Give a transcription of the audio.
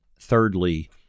thirdly